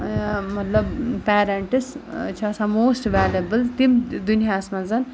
مطلب پیرَنٛٹٕس چھِ آسان موسٹہٕ ویلیبٕل تِم دُنیاہَس منٛز